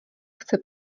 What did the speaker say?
chce